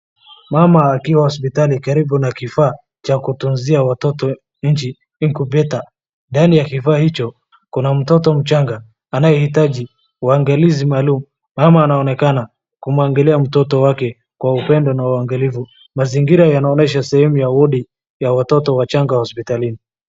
Mama akiwa hospitali karibu na kifaa cha kutunzia watoto nchi incubator . Ndani ya kifaa hicho kuna mtoto mchanga anayehitaji uangalizi maalum. Mama anaonekana kumwangalia mtoto wake kwa upendo na uangalifu. Mazingira yanaonesha sehemu ya wodi ya watoto wachanga hospitalini.